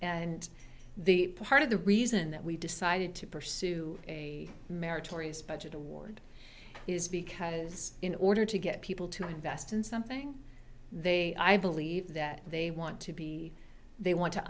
and the part of the reason that we decided to pursue a meritorious budget award is because in order to get people to invest in something they i believe that they want to be they want to